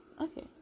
Okay